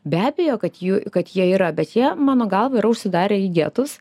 be abejo kad jų kad jie yra bet jie mano galva yra užsidarę į getus